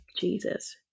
Jesus